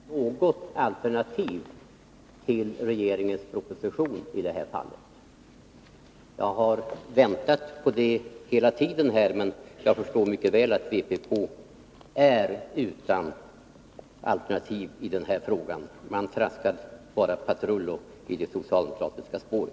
Herr talman! Vpk har inte lyckats anvisa något alternativ till regeringens proposition i det här fallet. Jag har väntat på det hela tiden, men jag förstår mycket väl att vpk är utan alternativ i den här frågan. Man traskar bara patrull i det socialdemokratiska spåret.